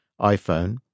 iPhone